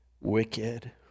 Wicked